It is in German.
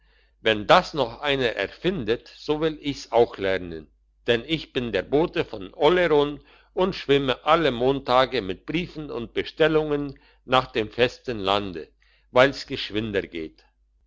wenn das noch einer erfindet so will ich's auch lernen denn ich bin der bote von oleron und schwimme alle montage mit briefen und bestellungen nach dem festen lande weil's geschwinder geht